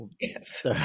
Yes